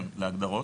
כן, להגדרות?